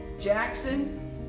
Jackson